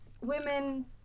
women